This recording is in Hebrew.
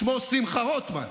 שמו שמחה רוטמן.